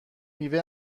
میوه